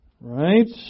Right